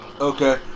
Okay